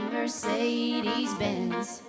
Mercedes-Benz